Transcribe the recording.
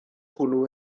hwnnw